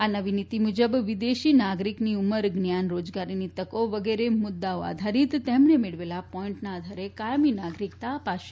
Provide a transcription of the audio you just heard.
આ નવી નીતી મુજબ વિદેશી નાગરિકની ઉમર જ્ઞાન રાજગારની તકો વગેરે મુદ્દા આધારિત તેમણે મેળવેલા પોઇન્ટના આધારે કાયમી નાગરિકત્વ અપાશે